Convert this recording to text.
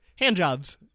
Handjobs